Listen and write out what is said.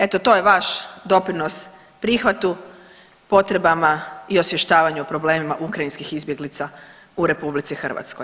Eto, to je vaš doprinos prihvatu, potrebama i osvještavanju o problemima ukrajinskih izbjeglica u RH.